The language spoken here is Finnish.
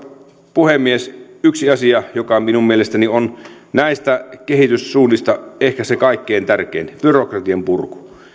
puhemies yksi asia joka minun mielestäni on näistä kehityssuunnista ehkä se kaikkein tärkein byrokratian purku